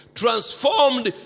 transformed